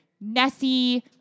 Nessie